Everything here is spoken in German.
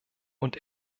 und